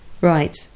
right